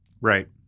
Right